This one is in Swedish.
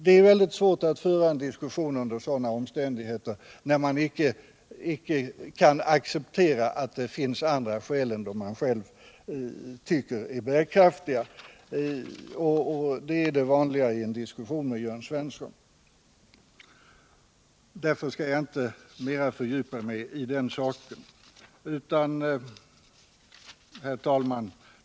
Det är väldigt svårt att föra en diskussion med en person som inte kan acceptera att det finns andra skäl än de han själv tycker är bärkraftiga, och det är det vanliga i en diskussion med Jörn Svensson. Därför skall jag inte fördjupa mig mer i den här frågan. Herr talman!